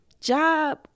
Job